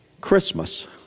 Christmas